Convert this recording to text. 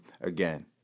again